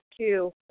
two